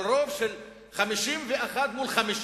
אבל רוב של 51 מול 50